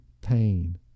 pain